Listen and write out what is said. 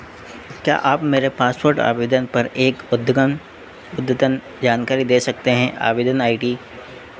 क्या आप मेरे पासपोर्ट आवेदन पर एक अदगन अद्यतन जानकारी दे सकते हैं आवेदन आई डी